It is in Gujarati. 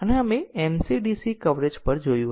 હવે ચાલો પાથની વ્યાખ્યા જોઈએ